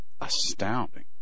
astounding